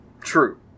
True